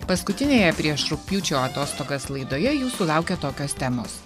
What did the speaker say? paskutinėje prieš rugpjūčio atostogas laidoje jūsų laukia tokios temos